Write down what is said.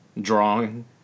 drawing